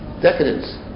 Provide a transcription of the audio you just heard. decadence